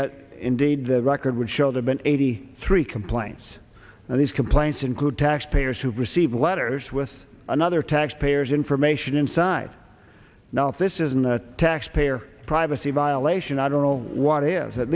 that indeed the record would show them an eighty three complaints and these complaints include tax payers who receive letters with another tax payers information inside not this isn't a taxpayer privacy violation i don't know what is at